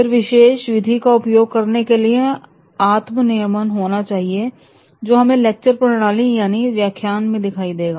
फिर विशेष विधि का उपयोग करने के लिए आत्म नियमन होना चाहिए जो हमें लेक्चर प्रणाली यानी व्याख्यान में दिखाई सकता है